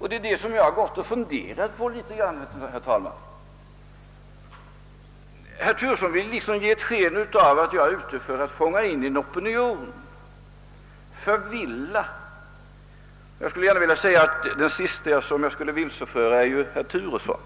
Jag har, herr talman, funderat över om det inte kan förhålla sig så. Herr Turesson vill ge sken av att jag var ute för att fånga in en opinion och förvilla. Den siste jag skulle ha velat vilseföra var ju herr Turesson.